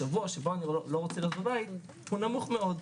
קצר בשבוע שבו אני לא רוצה להיות בבית הוא נמוך מאוד.